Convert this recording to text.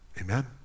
Amen